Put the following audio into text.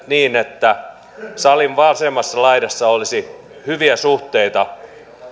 niin että salin vasemmassa laidassa olisi hyviä suhteita